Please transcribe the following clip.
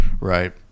right